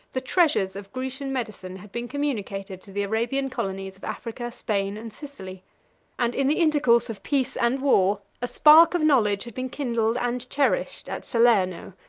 the treasures of grecian medicine had been communicated to the arabian colonies of africa, spain, and sicily and in the intercourse of peace and war, a spark of knowledge had been kindled and cherished at salerno,